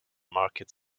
market